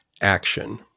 action